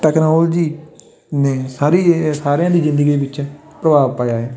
technology ਨੇ ਸਾਰੀ ਏ ਸਾਰਿਆਂ ਦੀ ਜ਼ਿੰਦਗੀ ਵਿੱਚ ਪ੍ਰਭਾਵ ਪਾਇਆ ਹੈ